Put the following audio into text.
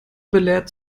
belehrt